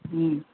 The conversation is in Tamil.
ம்